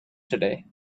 today